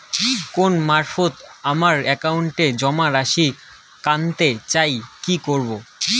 Phone মারফত আমার একাউন্টে জমা রাশি কান্তে চাই কি করবো?